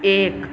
एक